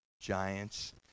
Giants